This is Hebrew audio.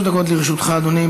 שלוש דקות לרשותך, אדוני.